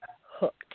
hooked